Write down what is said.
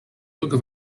brücke